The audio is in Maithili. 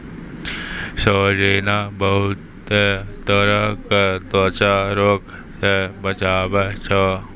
सोजीना बहुते तरह के त्वचा रोग से बचावै छै